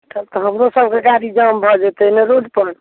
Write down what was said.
तब तऽ हमरो सबके गाड़ी जाम भऽ जेतै ने रोड पर